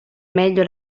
meglio